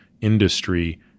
industry